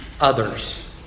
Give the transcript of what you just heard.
others